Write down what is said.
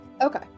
okay